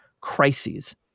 crises